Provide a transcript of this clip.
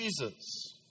Jesus